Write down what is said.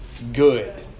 Good